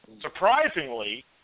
Surprisingly